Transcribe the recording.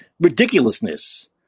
ridiculousness